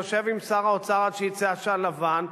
יושב עם שר האוצר עד שיצא עשן לבן,